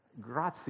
grazie